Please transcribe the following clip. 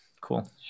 Cool